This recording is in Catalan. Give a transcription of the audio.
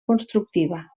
constructiva